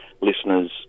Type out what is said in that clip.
listeners